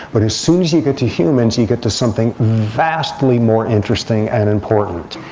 but as soon as you get to humans you get to something vastly more interesting and important.